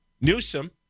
Newsom